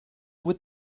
would